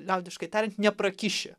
liaudiškai tariant neprakiši